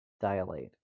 Dilate